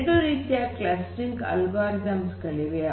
ಎರಡು ರೀತಿಯ clustering algorithms ಗಳಿವೆ